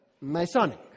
Masonic